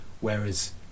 whereas